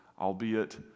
albeit